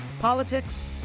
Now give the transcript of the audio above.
politics